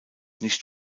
nicht